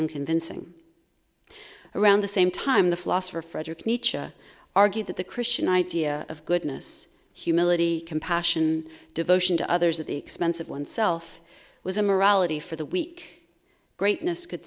unconvincing around the same time the philosopher frederick nature argued that the christian idea of goodness humility compassion devotion to others at the expense of oneself was a morality for the weak greatness could